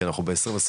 כי אנחנו ב-2023,